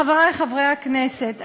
חברי חברי הכנסת,